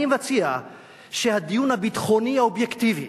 אני מציע שהדיון הביטחוני האובייקטיבי